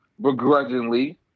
begrudgingly